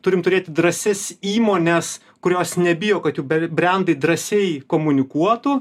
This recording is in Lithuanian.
turim turėti drąsias įmones kurios nebijo kad jų bre brendai drąsiai komunikuotų